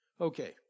Okay